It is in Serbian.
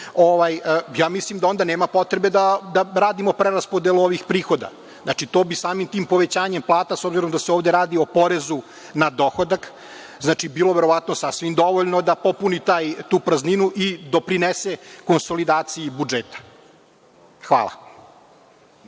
ja mislim da onda nema potrebe da radimo preraspodelu ovih prihoda. Znači, to bi samim tim povećanjem plata, s obzirom da se ovde radi o porezu na dohodak, bilo verovatno sasvim dovoljno da popuni tu prazninu i doprinese konsolidaciji budžeta. Hvala.